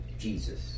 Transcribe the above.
Jesus